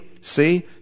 see